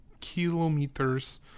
kilometers